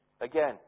Again